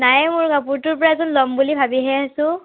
নাই মোৰ কাপোৰ তোৰ পৰা এযোৰ ল'ম বুলি ভাবিহে আছোঁ